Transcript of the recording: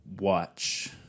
watch